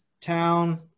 town